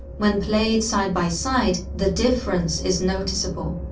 when played side-by-side, the difference is noticeable.